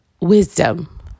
wisdom